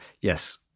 yes